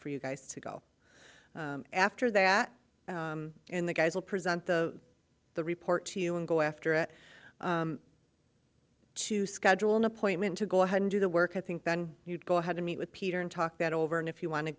for you guys to go after that and the guys will present the the report to you and go after it to schedule an appointment to go ahead and do the work i think then you'd go ahead to meet with peter and talk that over and if you want to